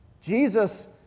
Jesus